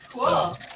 Cool